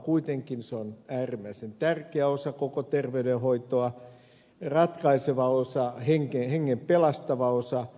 kuitenkin se on äärimmäisen tärkeä osa koko terveydenhoitoa ratkaiseva osa hengen pelastava osa